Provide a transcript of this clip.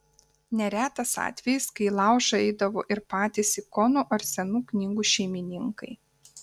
neretas atvejis kai į laužą eidavo ir patys ikonų ar senų knygų šeimininkai